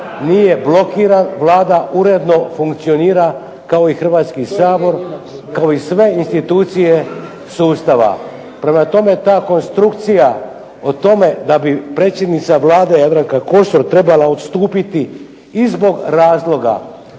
nije blokiran, Vlada uredno funkcionira kao i Hrvatski sabor kao i sve institucije sustava. Prema tome ta konstrukcija o tome da bi predsjednica Vlade Jadranka Kosor trebala odstupiti i zbog razloga